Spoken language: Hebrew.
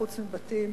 חוץ מבתים,